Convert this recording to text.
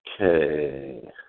Okay